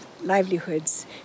livelihoods